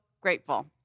grateful